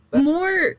more